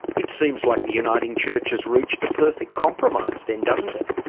it seems like the uniting church has reached the perfect compromise then doesn't it?